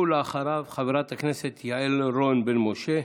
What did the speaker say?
ואחריו, חברת הכנסת יעל רון בן משה.